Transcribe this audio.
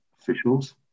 officials